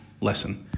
lesson